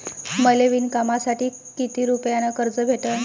मले विणकामासाठी किती रुपयानं कर्ज भेटन?